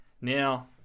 Now